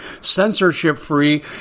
censorship-free